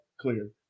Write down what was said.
clear